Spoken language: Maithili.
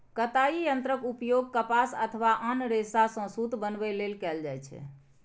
कताइ यंत्रक उपयोग कपास अथवा आन रेशा सं सूत बनबै लेल कैल जाइ छै